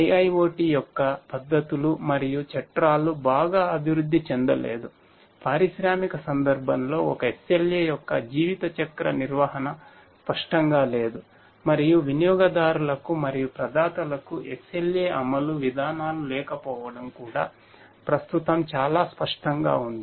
IIoT యొక్క పద్దతులు మరియు చట్రాలు బాగా అభివృద్ధి చెందలేదు పారిశ్రామిక సందర్భంలో ఒక SLA యొక్క జీవితచక్ర నిర్వహణ స్పష్టంగా లేదు మరియు వినియోగదారులకు మరియు ప్రధాతలకు SLA అమలు విధానాలు లేకపోవడం కూడా ప్రస్తుతం చాలా స్పష్టంగా ఉంది